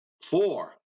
four